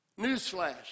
Newsflash